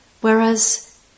Whereas